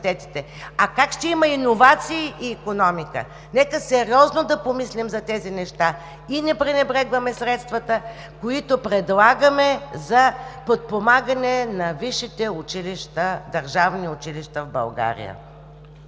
А как ще има иновации и икономика? Нека сериозно да помислим за тези неща и не пренебрегваме средствата, които предлагаме за подпомагане на висшите училища, държавни училища в България.